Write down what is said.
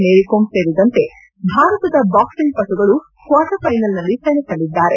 ಮೇರಿ ಕೋಮ್ ಸೇರಿದಂತೆ ಭಾರತದ ಬಾಕ್ಸಿಂಗ್ ಪಟುಗಳು ಕ್ವಾರ್ಟರ್ ಫೈನಲ್ನಲ್ಲಿ ಸೆಣಸಲಿದ್ದಾರೆ